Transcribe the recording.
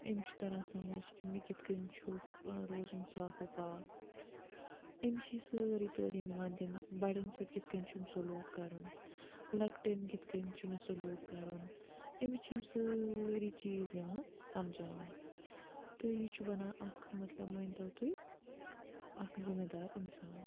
أمِس چھُ تَران سَمٕجھ کہِ مےٚ کِتھ کٔنۍ چھُ ٲں روزُن صاف و پاک أمِس چھِ یہِ سٲرٕے تعلیٖم یِوان دِنہٕ بَڑیٚن سۭتۍ کِتھ کٔنۍ چھُم سلوٗک کَرُن لۄکٹیٚن کِتھ کٔنۍ چھُ مےٚ سلوٗک کَرُن أمِس چھِ یِم سٲری چیٖز یِوان سمجھاونہٕ تہٕ یہِ چھُ بنان اَکھ مطلب مٲنۍ تو تُہۍ اَکھ ذِمہٕ دار انسان